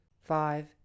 five